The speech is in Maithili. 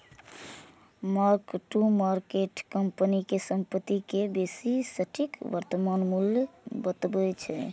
मार्क टू मार्केट कंपनी के संपत्ति के बेसी सटीक वर्तमान मूल्य बतबै छै